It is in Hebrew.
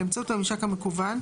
באמצעות הממשק המקוון,